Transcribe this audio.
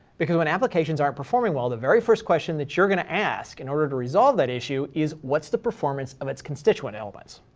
because when applications aren't performing well, the very first question that you're going to ask in order to resolve that issue is, what's the performance of its constituent elements?